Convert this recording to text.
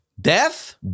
death